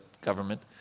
government